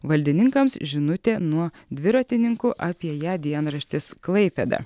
valdininkams žinutė nuo dviratininkų apie ją dienraštis klaipėda